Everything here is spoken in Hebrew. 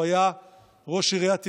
כשהוא היה ראש עיריית ירושלים.